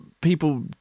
people